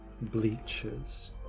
bleaches